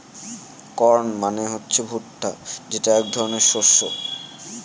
corn মানে হচ্ছে ভুট্টা যেটা এক ধরনের শস্য